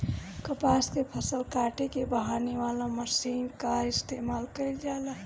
कपास के फसल काटे में बहावे वाला मशीन कअ इस्तेमाल कइल जाला